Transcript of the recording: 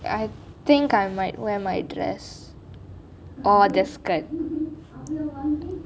I think I might wear my dress or the skirt